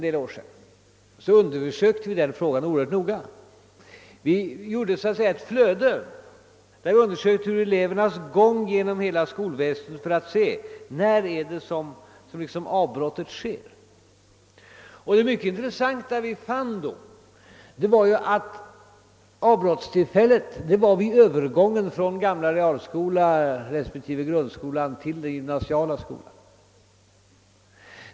Då gjorde vi så att säga ett flöde, där vi undersökte elevernas gång genom hela skolan för att se när avbrottet sker. Och då fann vi, vilket var mycket intressant, att avbrottstillfället var just vid Öövergången från den gamla realskolan, respektive grundskolan, till den gymnasiala skolan.